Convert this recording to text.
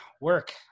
work